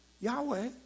Yahweh